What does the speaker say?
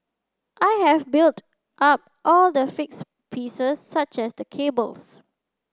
I have built up all the fixed pieces such as the cables